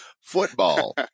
football